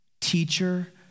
teacher